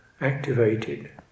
activated